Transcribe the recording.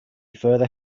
further